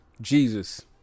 Jesus